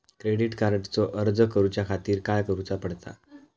Credit कार्डचो अर्ज करुच्या खातीर काय करूचा पडता?